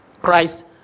Christ